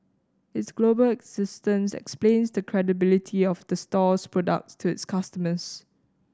its global existence explains the credibility of the store's products to its customers